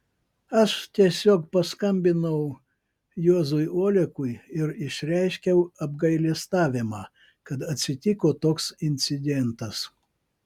aš tiesiog paskambinau juozui olekui ir išreiškiau apgailestavimą kad atsitiko toks incidentas